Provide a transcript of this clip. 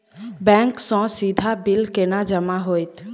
Bank सँ सीधा bill केना जमा होइत?